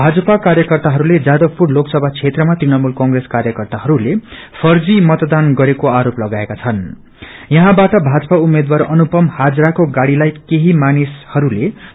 भाजपा कार्यकर्ताहरूले जादवपुर लोकसभा क्षेत्रमा तृणमूल कप्रेस कार्यकर्ताहरूले फर्जी मतदान गरेको आरोप लागाएका छन् यहाँबाट भाजपा उम्मेद्वार अनुपम हाजराको गाड़ीलाई केही मानिसहरूले क्षतप्रस्त पारिदिएको छ